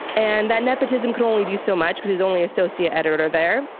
and that nepotism can only do so much because he's only associate editor there.